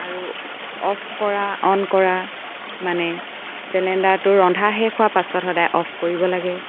আৰু অফ কৰা অন কৰা মানে চিলিণ্ডাৰটোৰ ৰন্ধা শেষ হোৱা পাছত সদায় অফ কৰিব লাগে